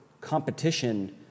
competition